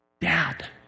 Dad